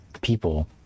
people